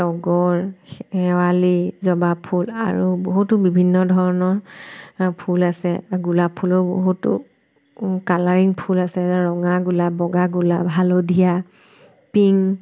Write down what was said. তগৰ শেৱালি জবাফুল আৰু বহুতো বিভিন্ন ধৰণৰ ফুল আছে গোলাপ ফুলৰো বহুতো কালাৰিং ফুল আছে যেনে ৰঙা গোলাপ বগা গোলাপ হালধীয়া পিংক